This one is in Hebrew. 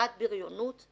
כעברת בריונות,